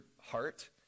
heart